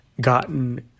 gotten